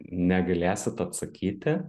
negalėsit atsakyti